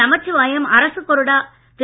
நமச்சிவாயம் அரசுக் கொறடா திரு